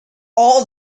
all